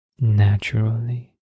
naturally